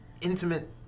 intimate